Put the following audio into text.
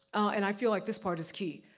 and i feel like this part is key,